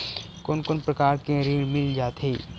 कोन कोन प्रकार के ऋण मिल जाथे?